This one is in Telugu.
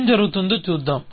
ఏం జరుగుతుందో చూద్దాం